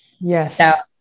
Yes